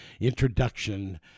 introduction